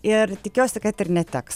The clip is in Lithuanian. ir tikiuosi kad ir neteks